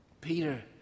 Peter